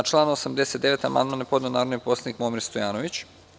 Na član 89. amandman je podneo narodni poslanik Momir Stojanović.